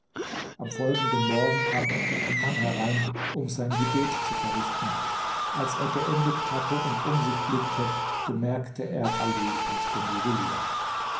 am folgenden morgen kam endlich ein mann herein um sein gebet zu verrichten als er geendigt hatte und um sich blickte bemerkte er ali und den juwelier